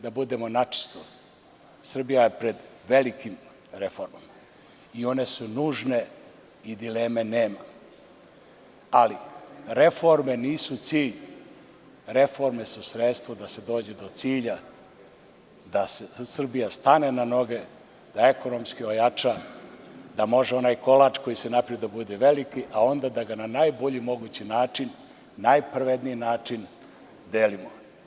Da budemo načisto, Srbija je pred velikim reformama i one su nužne i dileme nema, ali reforme nisu cilj, reforme su sredstvo da se dođe do cilja, da Srbija stane na noge, da ekonomski ojača, da može onaj kolač koji se napravi da bude veliki, a onda da ga na najbolji mogući način, najpravedniji način delimo.